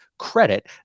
credit